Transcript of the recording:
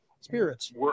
spirits